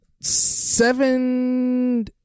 seven